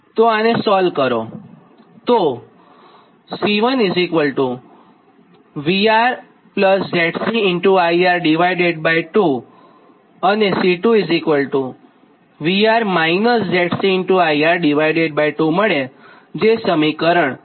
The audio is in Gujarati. તો આને સોલ્વ કરો તો C1VRZCIR2 અને C2VR ZCIR2 મળેજે સમીકરણ 33 થાય